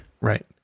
Right